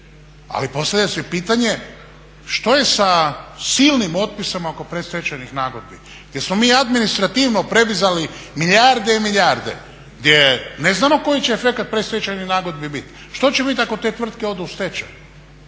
Ali postavlja se pitanje što je sa silnim otpisom oko predstečajnih nagodbi gdje smo mi administrativno … milijarde i milijarde, gdje ne znamo koji će efekat predstečajnih nagodbi bit. Što će bit ako te tvrtke odu u stečaj,